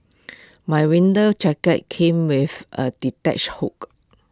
my winter jacket came with A